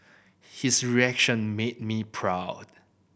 his reaction made me proud